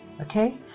okay